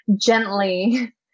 gently